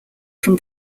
from